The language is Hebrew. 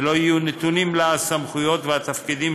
ולא יהיו נתונים לה הסמכויות והתפקידים